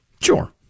Sure